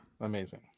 amazing